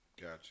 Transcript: Gotcha